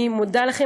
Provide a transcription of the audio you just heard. אני מודה לכם.